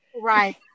Right